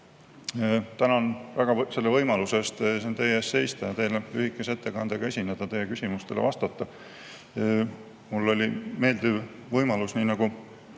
Tänan väga selle võimaluse eest siin teie ees seista ja teile lühikese ettekandega esineda, teie küsimustele vastata. Mul oli meeldiv võimalus, nii nagu